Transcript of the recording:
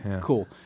Cool